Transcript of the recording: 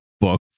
book